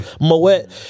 Moet